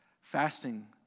Fasting